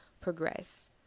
progress